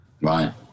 Right